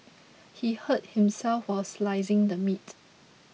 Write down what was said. he hurt himself while slicing the meat